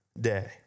day